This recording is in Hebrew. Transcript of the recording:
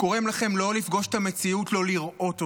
גורם לכם לא לפגוש את המציאות, לא לראות אותה.